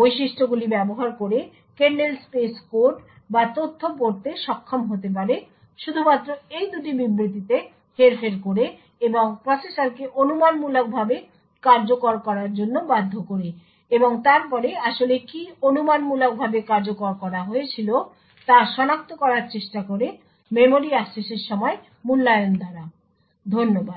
বৈশিষ্ট্যগুলি ব্যবহার করে কার্নেল স্পেস কোড বা তথ্য পড়তে সক্ষম হতে পারে শুধুমাত্র এই দুটি বিবৃতিতে হেরফের করে এবং প্রসেসরকে অনুমানমূলকভাবে কার্যকর করার জন্য বাধ্য করে এবং তারপরে আসলে কী অনুমানমূলকভাবে কার্যকর করা হয়েছিল তা সনাক্ত করার চেষ্টা করে মেমরি অ্যাক্সেসের সময় মূল্যায়ন দ্বারা ধন্যবাদ